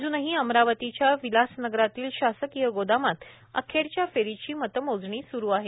अज्नही अमरावतीच्या विलासनगरातील शासकीय गोदामात अखेरच्या फेरीची मतमोजणी स्रु आहे